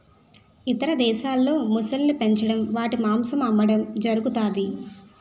ఇతర దేశాల్లో మొసళ్ళను పెంచడం వాటి మాంసం అమ్మడం జరుగుతది